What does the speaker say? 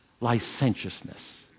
licentiousness